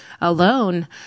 alone